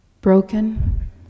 Broken